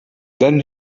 then